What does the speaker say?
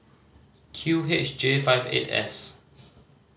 Q H J five eight S